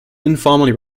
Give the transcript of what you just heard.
informally